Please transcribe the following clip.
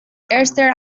erster